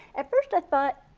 at first i thought,